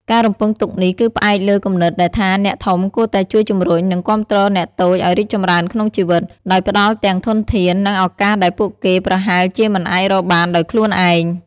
ការរំពឹងទុកនេះគឺផ្អែកលើគំនិតដែលថាអ្នកធំគួរតែជួយជំរុញ និងគាំទ្រអ្នកតូចឱ្យរីកចម្រើនក្នុងជីវិត ដោយផ្ដល់ទាំងធនធាន និងឱកាសដែលពួកគេប្រហែលជាមិនអាចរកបានដោយខ្លួនឯង។